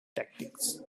tactics